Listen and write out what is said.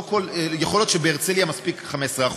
יכול להיות שבהרצליה מספיק 15%,